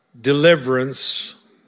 deliverance